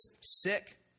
sick